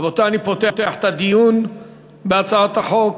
רבותי, אני פותח את הדיון בהצעת החוק.